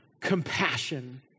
Compassion